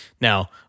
Now